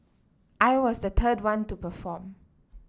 I was the third one to perform